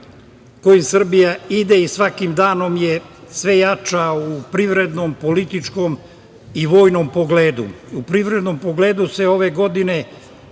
kojim Srbija ide i svakim danom je sve jača u privrednom, političkom i vojnom pogledu. U privrednom pogledu se ove godine